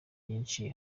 nyinshi